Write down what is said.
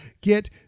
get